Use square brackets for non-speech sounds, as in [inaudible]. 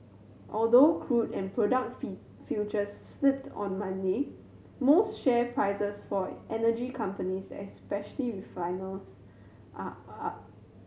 although crude and product [unintelligible] futures slipped on Monday most share prices for energy companies especially refiners are up